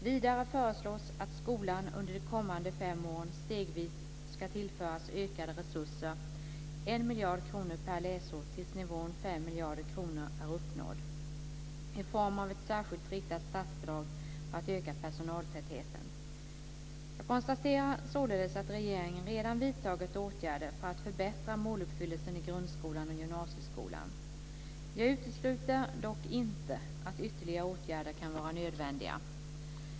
Vidare föreslås att skolan under de kommande fem åren stegvis ska tillföras ökade resurser, 1 miljard kronor mer per läsår tills nivån 5 miljarder kronor är uppnådd, i form av ett särskilt riktat statsbidrag för att öka personaltätheten. Jag konstaterar således att regeringen redan vidtagit åtgärder för att förbättra måluppfyllelsen i grundskolan och gymnasieskolan. Jag utesluter dock inte att ytterligare åtgärder kan vara nödvändiga.